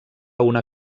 una